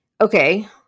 okay